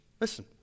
Listen